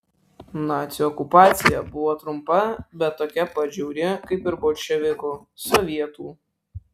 nacių okupacija buvo trumpa bet tokia pat žiauri kaip ir bolševikų sovietų